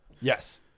yes